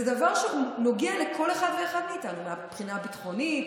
זה דבר שנוגע לכל אחד ואחד מאיתנו מהבחינה הביטחונית,